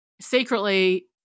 secretly